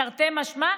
תרתי משמע,